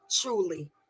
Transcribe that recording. Truly